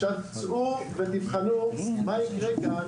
עכשיו צאו ותבחנו מה יקרה כאן,